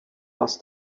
asked